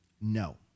No